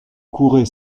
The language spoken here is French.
courait